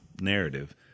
narrative